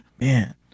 Man